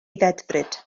ddedfryd